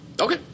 Okay